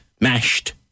mashed